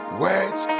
words